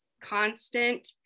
constant